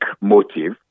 motive